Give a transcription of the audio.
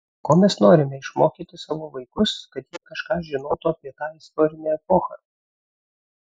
ko mes norime išmokyti savo vaikus kad jie kažką žinotų apie tą istorinę epochą